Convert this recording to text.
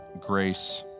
grace